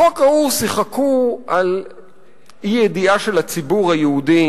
בחוק ההוא שיחקו על אי-ידיעה של הציבור היהודי,